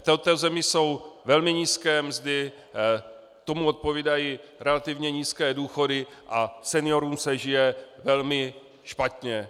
V této zemi jsou velmi nízké mzdy, tomu odpovídají relativně nízké důchody a seniorům se žije velmi špatně.